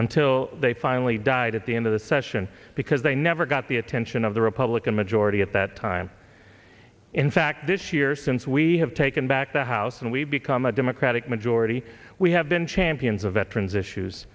until they finally died at the end of the session because they never got the attention of the republican majority at that time in fact this year since we have taken back the house and we've become a democratic majority we have been champions of veterans issues